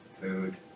Food